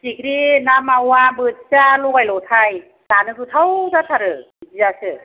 फिथिक्रि ना मावा बोथिया लगाय लथाय जानो गोथाव जाथारो बिदियासो